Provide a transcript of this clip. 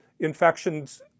infections